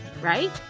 right